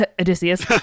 Odysseus